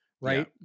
right